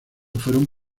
fueron